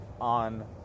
On